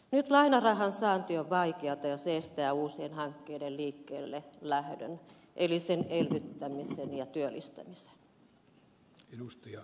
nyt lainarahan saanti on vaikeata ja se estää uusien hankkeiden liikkeellelähdön eli elvyttämisen ja työllistämisen